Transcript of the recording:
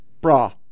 bra